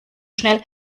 schnell